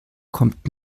kommt